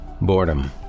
Boredom